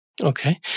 Okay